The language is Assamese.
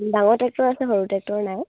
ডাঙৰ ট্ৰেক্টৰ আছে সৰু টেক্টৰ নাই